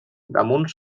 damunt